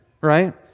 right